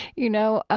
you know?